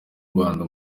rwanda